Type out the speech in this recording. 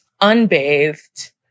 unbathed